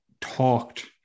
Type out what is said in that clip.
talked